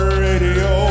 radio